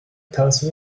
توسط